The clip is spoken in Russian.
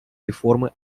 реформы